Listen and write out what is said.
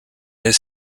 his